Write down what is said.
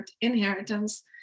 inheritance